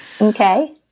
Okay